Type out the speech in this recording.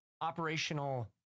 operational